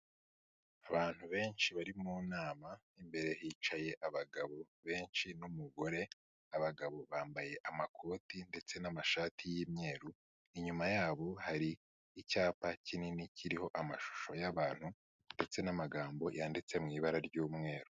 Abantu benshi bari mu nama, imbere hicaye abagabo benshi n'umugore, abagabo bambaye amakoti ndetse n'amashati y'imyeru, inyuma yabo hari icyapa kinini kiriho amashusho y'abantu ndetse n'amagambo yanditse mu ibara ry'umweru.